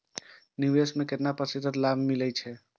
निवेश में केतना प्रतिशत लाभ मिले छै?